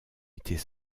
était